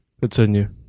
Continue